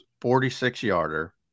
46-yarder